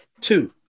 two